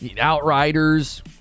Outriders